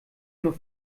nur